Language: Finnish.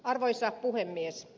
arvoisa puhemies